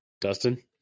Dustin